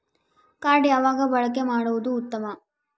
Card ಯಾವಾಗ ಬಳಕೆ ಮಾಡುವುದು ಉತ್ತಮ?